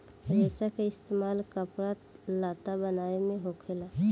रेसा के इस्तेमाल कपड़ा लत्ता बनाये मे होखेला